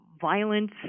violence